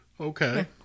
Okay